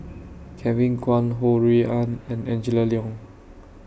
Kevin Kwan Ho Rui An and Angela Liong